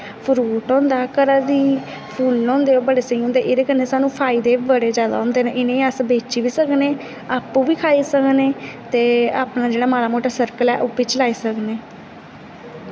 fruit होंदा घरा दे फुल्ल होंदे ओह् बड़े स्हेई होंदे एह्दे कन्नै सानूं फायदे बी बड़े होंदे न इ'नें गी अस बेची बी सकने न आपूं बी खाई सकने ते अपना जेह्ड़ा माड़ा मुट्टा स्रकल ऐ ओह् बी चलाई सकने